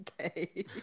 Okay